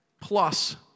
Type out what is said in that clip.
plus